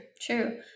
true